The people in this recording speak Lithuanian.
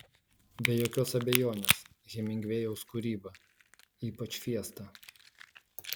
be jokios abejonės hemingvėjaus kūryba ypač fiesta